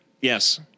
Yes